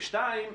שנית,